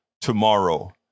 tomorrow